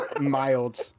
mild